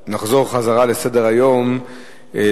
בעד, 8, אין מתנגדים ואין נמנעים.